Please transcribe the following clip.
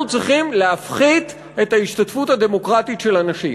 אנחנו צריכים להפחית את ההשתתפות הדמוקרטית של אנשים.